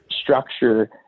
structure